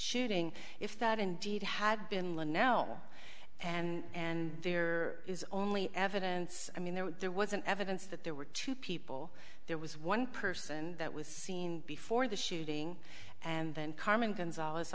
shooting if that indeed had been one now and there is only evidence i mean there was there was an evidence that there were two people there was one person that was seen before the shooting and then carmen gonzales